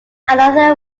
another